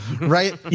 Right